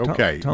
Okay